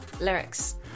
lyrics